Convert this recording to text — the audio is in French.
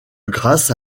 grâce